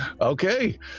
Okay